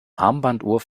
armbanduhr